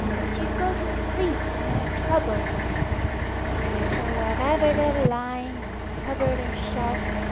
bids you go to sleep and not trouble your head for wherever they're lying, in cupboard or shelf,